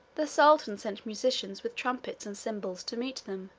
the sultan sent musicians with trumpets and cymbals to meet them,